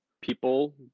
people